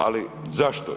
Ali zašto?